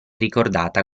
ricordata